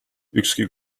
ükski